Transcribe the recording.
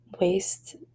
waste